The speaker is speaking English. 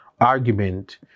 argument